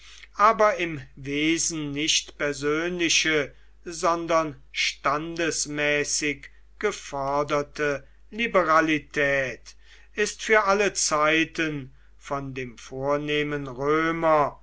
aber im wesen nicht persönliche sondern standesmäßig geforderte liberalität ist für alle zeiten von dem vornehmen römer